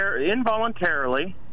involuntarily